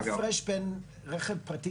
למה הפרש בין רכב פרטי,